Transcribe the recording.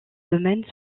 domaines